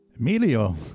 Emilio